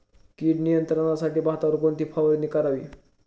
कीड नियंत्रणासाठी भातावर कोणती फवारणी करावी?